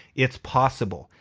it's possible.